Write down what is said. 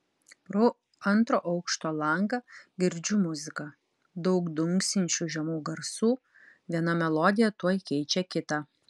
pro antro aukšto langą girdžiu muziką daug dunksinčių žemų garsų viena melodija tuoj keičia kitą